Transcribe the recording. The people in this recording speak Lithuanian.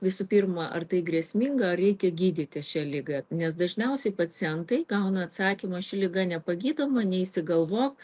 visų pirma ar tai grėsminga ar reikia gydyti šią ligą nes dažniausiai pacientai gauna atsakymą ši liga nepagydoma neišsigalvok